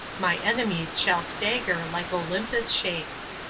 my enemies shall stagger like olympus shakes.